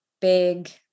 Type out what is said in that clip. big